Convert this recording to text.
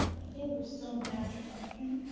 i think we're still in the afternoon.